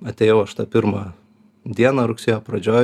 atėjau aš tą pirmą dieną rugsėjo pradžioj